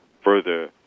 further